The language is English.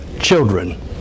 children